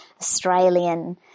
Australian